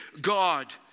God